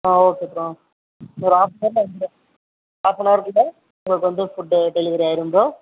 ஆ okay bro ஒரு ஹாஃப்னவரில் வந்து ஹாஃப்பனவருக்குள்ளே உங்களுக்கு வந்து ஃபுட்டு டெலிவரி ஆகிடும் ப்ரோ